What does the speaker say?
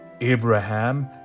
Abraham